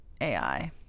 AI